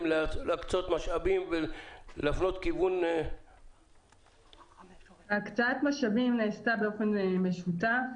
להקצות משאבים ולהפנות כיוון --- הקצאת משאבים נעשתה באופן משותף,